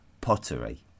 pottery